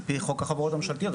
על פי חוק החברות הממשלתיות,